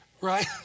Right